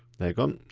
they're gone.